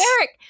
Eric